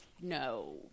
no